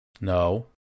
No